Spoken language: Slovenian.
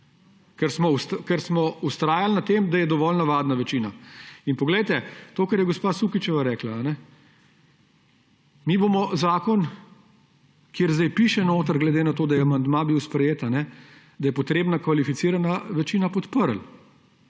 ker smo vztrajali na tem, da je dovolj navadna večina. Poglejte, to, kar je gospa Sukiče rekla, mi bomo zakon, kjer zdaj piše notri – glede na to, da je amandma bil sprejet –, da je potrebna kvalificirana večina, podprli.